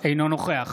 אינו נוכח